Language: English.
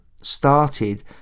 started